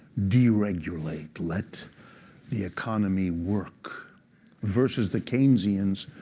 deregulate, let the economy work versus the keynesians,